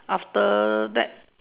after that